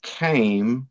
came